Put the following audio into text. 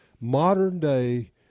modern-day